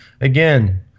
again